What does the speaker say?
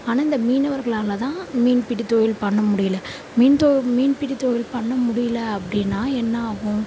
ஆனால் இந்த மீனவர்களால்தான் மீன்பிடி தொழில் பண்ண முடியலை மீன் தொ மீன்பிடி தொழில் பண்ண முடியலை அப்படின்னா என்ன ஆகும்